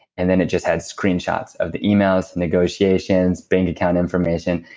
and then it just had screenshots of the emails, negotiations, bank account information,